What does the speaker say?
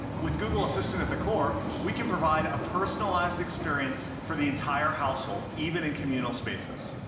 with google assistant at the core, we can provide a personalized experience for the entire household, even in communal spaces.